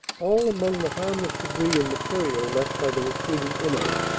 all among the harmless debris and material left by the retreating enemy.